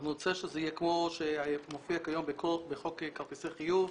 אנחנו נרצה שזה יהיה כמו שמופיע כיום בחוק כרטיסי חיוב,